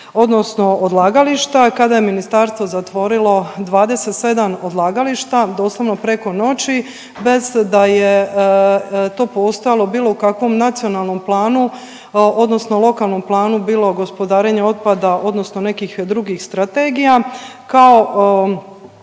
odnosno odlagališta, kada je ministarstvo zatvorilo 27 odlagališta, doslovno preko noći bez da je to postojalo u bilo kakvom nacionalnom planu odnosno lokalnom planu, bilo gospodarenja otpada, odnosno nekih drugih strategija. Kao